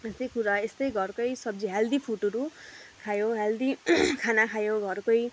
अनि त्यही कुरा यस्तै घरकै सब्जी हेल्दी फुडहरू खायो हेल्दी खाना खायो घरकै